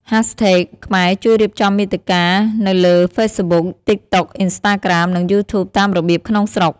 hashtags ខ្មែរជួយរៀបចំមាតិកានៅលើ Facebook, TikTok, Instagram និង YouTube តាមរបៀបក្នុងស្រុក។